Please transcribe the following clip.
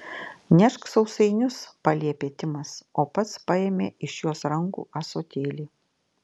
nešk sausainius paliepė timas o pats paėmė iš jos rankų ąsotėlį